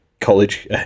college